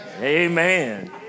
Amen